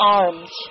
arms